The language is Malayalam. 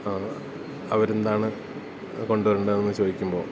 അവരെന്താണു കൊണ്ടുവരേണ്ടതെന്നു ചോദിക്കുമ്പോള്